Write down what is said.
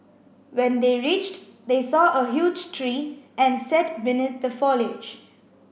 when they reached they saw a huge tree and sat beneath the foliage